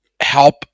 help